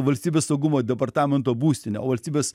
valstybės saugumo departamento būstinę o valstybės